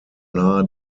nahe